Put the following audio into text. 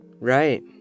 Right